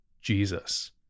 Jesus